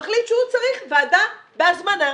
מחליט שהוא צריך ועדה בהזמנה.